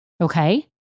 okay